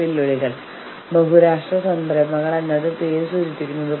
അപ്പോൾ ഈ ആളുകൾ പറയുന്നു പക്ഷേ ഞങ്ങൾക്ക് സ്ഥലമില്ല ഭൂമിയില്ല